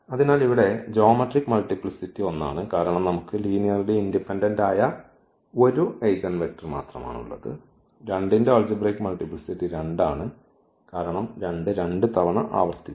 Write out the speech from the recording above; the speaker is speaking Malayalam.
അതിനാൽ ഇവിടെ ജ്യോമെട്രിക് മൾട്ടിപ്ലിസിറ്റി 1 ആണ് കാരണം നമുക്ക് ലീനിയർലി ഇൻഡിപെൻഡന്റ് ആയ ഒരു ഐഗൻവെക്റ്റർ ഉണ്ട് 2 ന്റെ ആൾജിബ്രയ്ക് മൾട്ടിപ്ലിസിറ്റി 2 ആണ് കാരണം 2 രണ്ടു തവണ ആവർത്തിച്ചു